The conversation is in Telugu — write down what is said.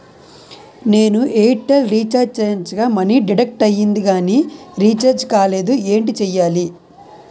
నేను ఎయిర్ టెల్ రీఛార్జ్ చేయించగా మనీ డిడక్ట్ అయ్యింది కానీ రీఛార్జ్ కాలేదు ఏంటి చేయాలి?